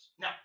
Now